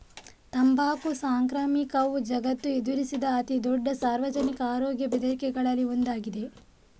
ತಂಬಾಕು ಸಾಂಕ್ರಾಮಿಕವು ಜಗತ್ತು ಎದುರಿಸಿದ ಅತಿ ದೊಡ್ಡ ಸಾರ್ವಜನಿಕ ಆರೋಗ್ಯ ಬೆದರಿಕೆಗಳಲ್ಲಿ ಒಂದಾಗಿದೆ